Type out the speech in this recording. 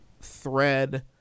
thread